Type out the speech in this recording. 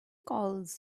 calls